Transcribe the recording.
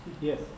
Yes